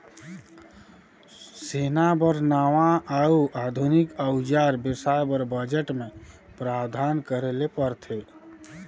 सेना बर नावां अउ आधुनिक अउजार बेसाए बर बजट मे प्रावधान करे ले परथे